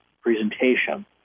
presentation